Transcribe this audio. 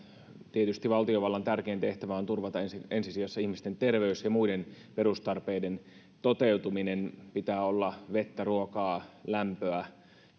tietysti valtiovallan tärkein tehtävä on turvata ensi sijassa ihmisten terveys ja muiden perustarpeiden toteutuminen pitää olla vettä ruokaa lämpöä